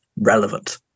relevant